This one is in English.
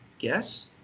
Guess